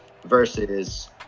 versus